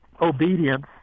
obedience